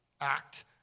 act